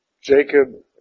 Jacob